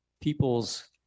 people's